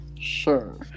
sure